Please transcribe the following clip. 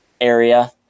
area